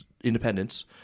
independence